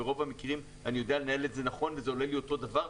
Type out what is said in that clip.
ברוב המקרים אני יודע לנהל את זה נכון וזה עולה לי אותו דבר,